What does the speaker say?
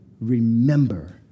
remember